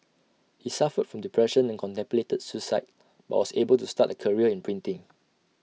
he suffered from depression and contemplated suicide but was able to start A career in printing